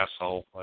asshole